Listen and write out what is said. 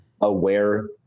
aware